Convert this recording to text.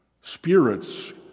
Spirits